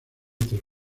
tres